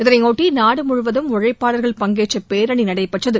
இதனையொட்டி நாடு முழுவதும் உழைப்பாளர்கள் பங்கேற்ற பேரணி நடைபெற்றது